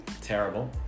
terrible